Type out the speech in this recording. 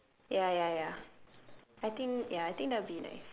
ya ya ya I think ya I think that would be nice